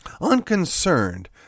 Unconcerned